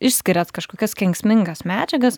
išskiria kažkokias kenksmingas medžiagas